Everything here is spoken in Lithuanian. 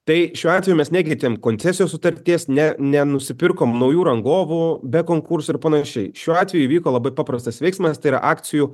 tai šiuo atveju mes nekeitėm koncesijos sutarties ne nenusipirkom naujų rangovų be konkursų ir panašiai šiuo atveju įvyko labai paprastas veiksmas tai yra akcijų